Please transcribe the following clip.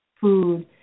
food